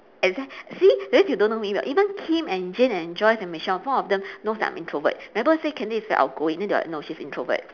exa~ see that means you don't know me well even kim and jane and joyce and michelle four of them knows that I'm introvert mabel say candy is very outgoing then they'll like no she's introvert